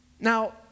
Now